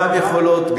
גם יכולות,